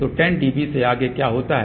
तो 10 dB से आगे क्या होता है